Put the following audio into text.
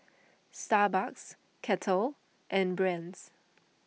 Starbucks Kettle and Brand's